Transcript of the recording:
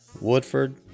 Woodford